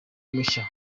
mushya